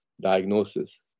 diagnosis